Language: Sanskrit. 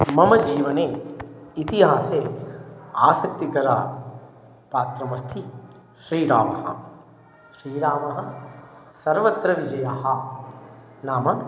मम जीवने इतिहासे आसक्तिकरः पात्रमस्ति श्रीरामः श्रीरामः सर्वत्र विजयः नाम